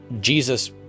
Jesus